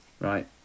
right